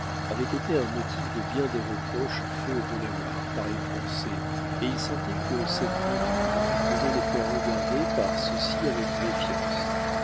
avait été un motif de bien des reproches faits aux delawares par les français et ils sentaient que cette conduite devait les faire regarder par ceux-ci avec méfiance